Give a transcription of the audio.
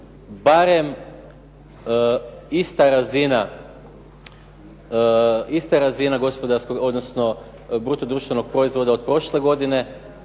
barem ista razina bruto društvenog proizvoda kao što je to